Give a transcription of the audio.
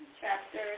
chapter